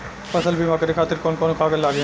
फसल बीमा करे खातिर कवन कवन कागज लागी?